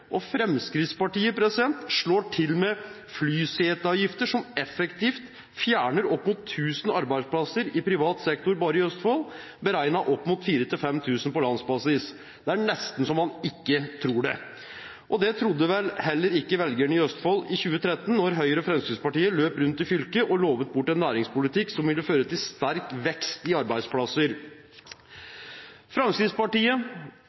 og Fremskrittspartiet slår til med flyseteavgifter som effektivt fjerner opp mot 1 000 arbeidsplasser i privat sektor bare i Østfold, beregnet opp mot 4 000–5 000 på landsbasis. Det er nesten så man ikke tror det. Og det trodde vel heller ikke velgerne i Østfold i 2013 da Høyre og Fremskrittspartiet løp rundt i fylket og lovet bort en næringspolitikk som ville føre til sterk vekst i